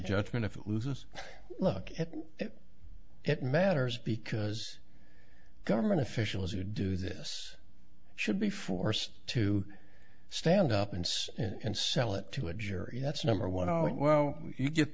judgment if it loses look at it it matters because government officials who do this should be forced to stand up and and sell it to a jury that's number one all right well you get